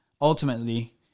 ultimately